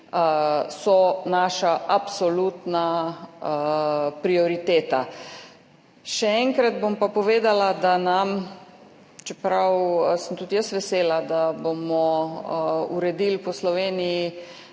naša absolutna prioriteta. Še enkrat bom pa povedala, da nam, čeprav sem tudi jaz vesela, da bomo letos uredili po Sloveniji